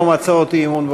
הצעת חוק החברות (תיקון,